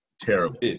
Terrible